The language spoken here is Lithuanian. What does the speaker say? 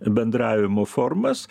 bendravimo formas